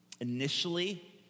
initially